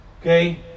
Okay